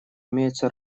имеются